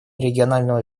регионального